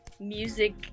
music